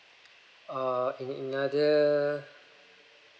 err in another